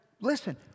Listen